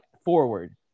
forward